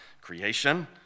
creation